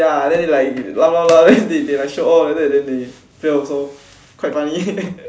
ya then they like laugh laugh laugh then they like like show off like that then they fail also quite funny